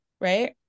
right